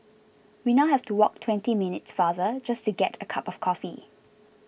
we now have to walk twenty minutes farther just to get a cup of coffee